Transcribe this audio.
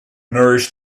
nourish